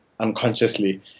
unconsciously